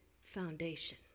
foundation